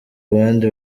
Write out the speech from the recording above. abandi